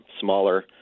smaller